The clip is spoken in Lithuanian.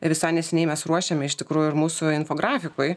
ir visai neseniai mes ruošėme iš tikrųjų ir mūsų infografikui